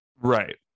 Right